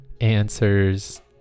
answers